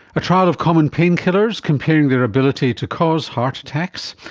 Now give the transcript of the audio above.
a trial of common painkillers comparing their ability to cause heart attacks.